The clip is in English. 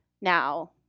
now